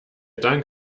dank